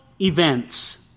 events